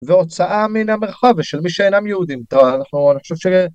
והוצאה מן המרחב של מי שאינם יהודים. תראה אנחנו, אני חושב ש...